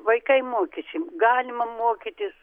vaikai mokėsi galima mokytis